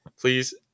please